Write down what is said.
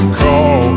call